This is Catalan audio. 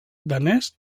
danès